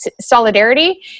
solidarity